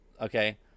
okay